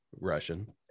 Russian